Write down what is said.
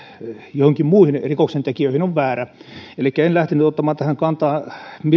joihinkin muihin rikoksentekijöihin on väärä elikkä en lähtenyt ottamaan tähän kantaa